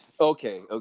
okay